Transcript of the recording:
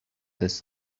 this